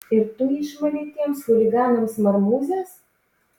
ir tu išmalei tiems chuliganams marmūzes